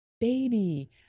Baby